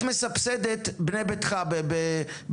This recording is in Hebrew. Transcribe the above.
את מסבסדת בנה ביתך בפריפריה.